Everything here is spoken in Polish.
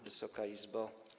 Wysoka Izbo!